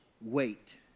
wait